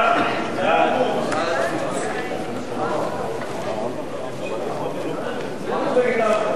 בעד ההצעה להעביר את הצעת החוק לדיון מוקדם בוועדה,